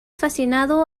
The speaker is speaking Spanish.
fascinado